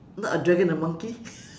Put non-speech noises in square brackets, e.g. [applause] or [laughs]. not a dragon a monkey [laughs]